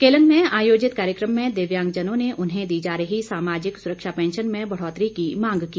केलंग में आयोजित कार्यक्रम में दिव्यांगजनों ने उन्हें दी जा रही सामाजिक सुरक्षा पैंशन में बढ़ौतरी की मांग की